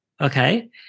okay